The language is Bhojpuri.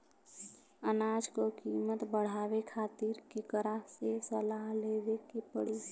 अनाज क कीमत बढ़ावे खातिर केकरा से सलाह लेवे के पड़ी?